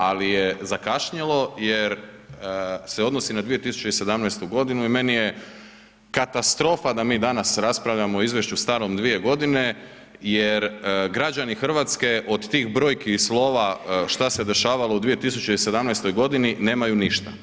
Ali je zakašnjelo jer se odnosi na 2017. godinu i meni je katastrofa da mi danas raspravljamo o izvješću starom 2 godine jer građani Hrvatske od tih brojki i slova šta se dešavalo u 2017. godini nemaju ništa.